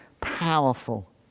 powerful